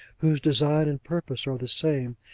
whose design and purpose are the same,